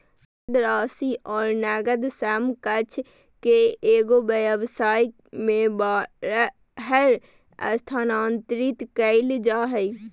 नकद राशि और नकद समकक्ष के एगो व्यवसाय में बाहर स्थानांतरित कइल जा हइ